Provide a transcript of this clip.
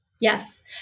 Yes